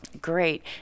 Great